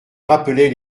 rappelait